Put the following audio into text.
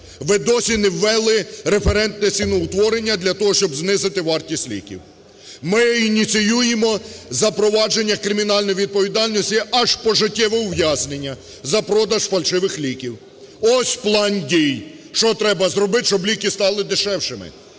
Ви досі не ввели референтне ціноутворення для того, щоб знизити вартість ліків. Ми ініціюємо запровадження кримінальної відповідальності – аж пожиттєве ув'язнення – за продаж фальшивих ліків. Ось план дій, що треба зробити, щоб ліки стали дешевшими.